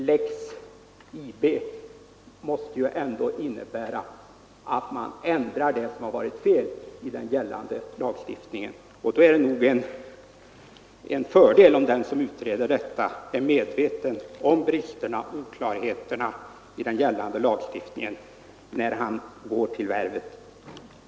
Lex IB måste ju ändå innebära att man ändrar det som har varit fel i den gällande lagstiftningen, och då är det nog en fördel, om den som utreder detta är medveten om bristerna och oklarheterna i den lagstiftning vi nu har.